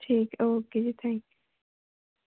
ਠੀਕ ਹੈ ਓਕੇ ਜੀ ਥੈਂਕ ਯੂ